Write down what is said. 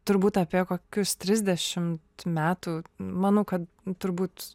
turbūt apie kokius trisdešimt metų manau kad turbūt